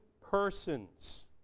persons